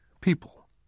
people